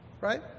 right